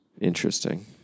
Interesting